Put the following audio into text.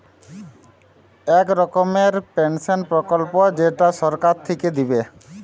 এক রকমের পেনসন প্রকল্প যেইটা সরকার থিকে দিবে